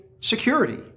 security